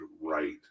right